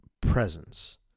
presence